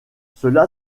cela